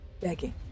begging